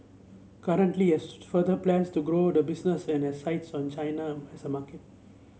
currently has further plans to grow the business and has sights on China as a market